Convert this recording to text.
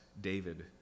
David